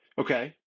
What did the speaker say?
Okay